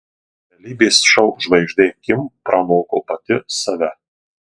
realybės šou žvaigždė kim pranoko pati save